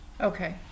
Okay